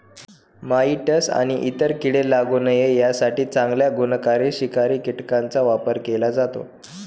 mites आणि इतर कीडे लागू नये यासाठी चांगल्या गुणकारी शिकारी कीटकांचा वापर केला जातो